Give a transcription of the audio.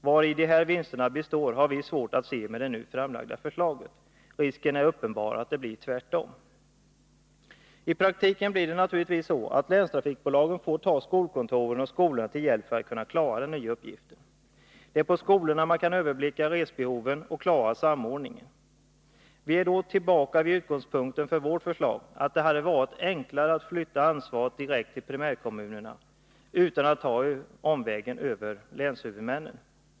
Vari de här vinsterna består har vi svårt att se av det nu framlagda förslaget. Risken är uppenbar att det blir tvärtom. I praktiken blir det naturligtvis så att länstrafikbolagen får ta skolkontoren och skolorna till hjälp för att kunna klara den nya uppgiften. Det är på skolorna man kan överblicka resbehoven och klara samordningen. Vi är då tillbaka vid utgångspunkten för vårt förslag, att det hade varit enklare att flytta ansvaret direkt till primärkommunerna utan att ta omvägen över 143 länshuvudmännen.